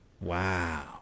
Wow